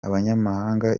abanyamahanga